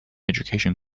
education